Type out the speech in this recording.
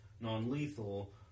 non-lethal